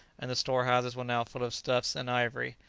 and the storehouses were now full of stuffs and ivory,